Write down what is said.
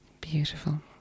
Beautiful